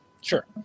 sure